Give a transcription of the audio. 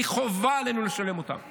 כי חובה עלינו לשלם אותם כמדינה.